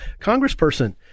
congressperson